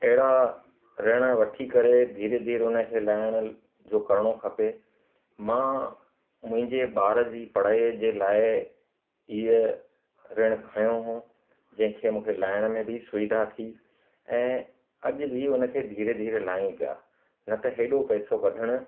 अहिड़ा ऋण वठी करे धीरे धीरे उनखे लाहिण जो करिणो खपे मां मुंहिंजे ॿार जी पढ़ाई जे लाइ इहो ऋण खंयो हो जंहिं खे मूंखे लाहिण में बि सुविधा थी ऐं अॼु बि उनखे धीरे धीरे लाहियूं पिया न त हेॾो पैसो कढणु